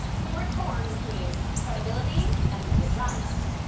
we were torn between credibility and vaginas.